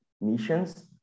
missions